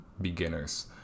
beginners